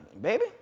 baby